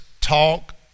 talk